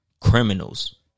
criminals